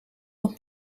nog